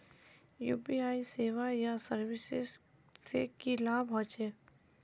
UPI सेवाएँ या services से की लाभ होचे?